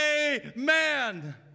amen